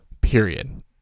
period